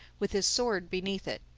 with his sword beneath it.